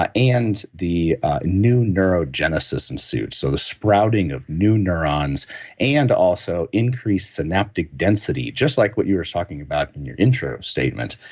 ah and the new neurogenesis and suits, so the sprouting of new neurons and also increased synaptic density, just like what you were talking about in your intro statement,